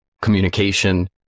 communication